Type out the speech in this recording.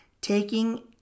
taking